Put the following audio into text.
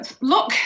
look